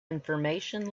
information